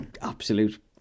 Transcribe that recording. absolute